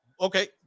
Okay